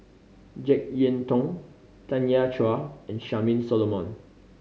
Jek Yeun Thong Tanya Chua and Charmaine Solomon